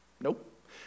Nope